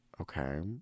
Okay